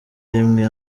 rimwe